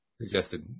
suggested